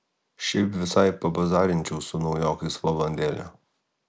šiaip visai pabazarinčiau su naujokais valandėlę